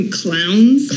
clowns